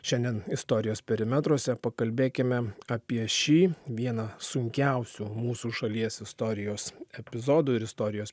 šiandien istorijos perimetruose pakalbėkime apie šį vieną sunkiausių mūsų šalies istorijos epizodų ir istorijos